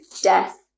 death